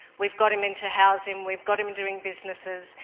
we've got him into housing, we've got him and doing businesses.